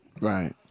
Right